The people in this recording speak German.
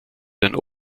den